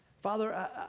Father